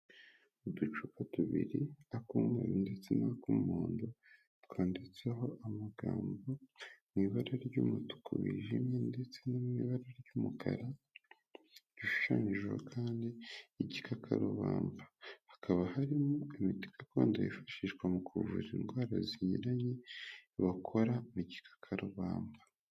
Uducupa tubiri ak'umweru ndetse na k'umuhondo twanditseho amagambo mw, ibara ry'umutuku wijimye ndetse no mw'ibara ry'umukara rishushanyijeho kandi igikakarubamba hakaba harimo imiti gakondo yifashishwa mu kuvura indwara zinyuranye bakora mu gikakarubamba.